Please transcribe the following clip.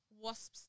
wasps